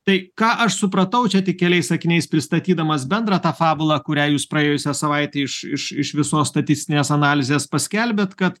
tai ką aš supratau čia tik keliais sakiniais pristatydamas bendrą tą fabulą kurią jūs praėjusią savaitę iš iš iš visos statistinės analizės paskelbėt kad